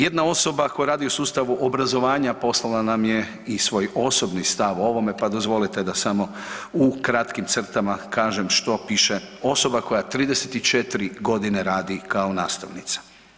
Jedna osoba koja radi u sustavu obrazovanja poslala nam je i svoj osobni stav o ovome, pa dozvolite da samo u kratkim crtama kažem što piše osoba koja 34 godine radi kao nastavnica.